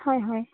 হয় হয়